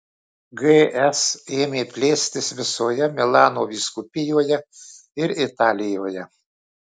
gs ėmė plėstis visoje milano vyskupijoje ir italijoje